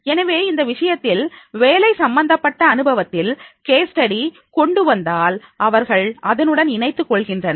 எனவே இந்த விஷயத்தில் வேலை சம்பந்தப்பட்ட அனுபவத்தில் கேஸ் ஸ்டடி கொண்டுவந்தால் அவர்கள் அதனுடன் இணைத்துக் கொள்கின்றனர்